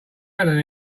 helen